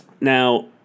Now